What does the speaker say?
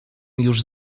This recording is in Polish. już